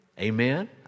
Amen